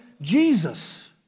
jesus